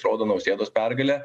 rodo nausėdos pergalę